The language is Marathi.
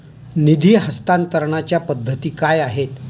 निधी हस्तांतरणाच्या पद्धती काय आहेत?